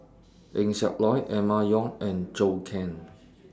Eng Siak Loy Emma Yong and Zhou Can